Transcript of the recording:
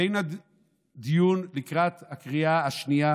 בדיון לקראת הקריאה השנייה